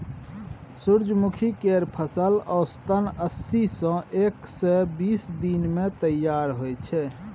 सूरजमुखी केर फसल औसतन अस्सी सँ एक सय बीस दिन मे तैयार होइ छै